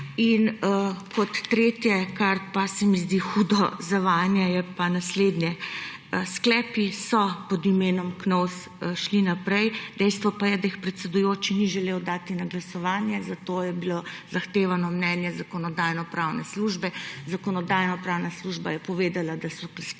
In kot tretje, kar pa se mi zdi hudo zavajanje, je naslednje. Sklepi so pod imenom Knovs šli naprej, dejstvo pa je, da jih predsedujoči ni želel dati na glasovanje, zato je bilo zahtevano mnenje Zakonodajno-pravne službe. Zakonodajno-pravna služba je povedala, da so bili